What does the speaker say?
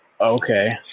Okay